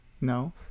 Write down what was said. No